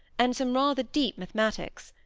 and some rather deep mathematics.